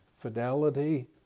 fidelity